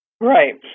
Right